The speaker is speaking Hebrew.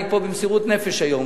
היא פה במסירות נפש היום,